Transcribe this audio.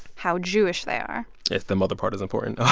how jewish they are the mother part is important.